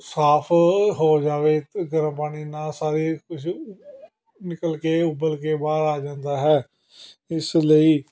ਸਾਫ ਹੋ ਜਾਵੇ ਗਰਮ ਪਾਣੀ ਨਾਲ ਸਾਰੀ ਕੁਛ ਨਿਕਲ ਕੇ ਉੱਬਲ ਕੇ ਬਾਹਰ ਆ ਜਾਂਦਾ ਹੈ ਇਸ ਲਈ